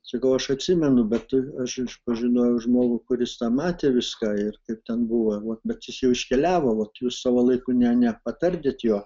sakau aš atsimenu bet aš pažinojau žmogų kuris matė viską ir kaip ten buvot vot bet jis jau iškeliavo voj jūs savo laiku ne nepatardėt jo